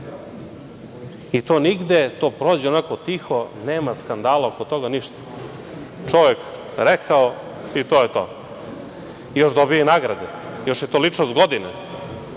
godine. To prođe onako tiho, nema skandala oko toga, ništa. Čovek rekao i to je to i još dobije i nagrade, još je to ličnost godine. Da